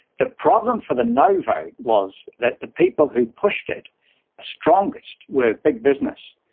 the problem for the no vote was that the people who pushed it strongest were big business,